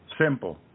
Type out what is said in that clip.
Simple